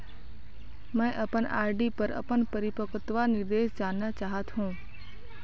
मैं अपन आर.डी पर अपन परिपक्वता निर्देश जानना चाहत हों